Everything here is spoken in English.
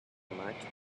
much